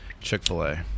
chick-fil-a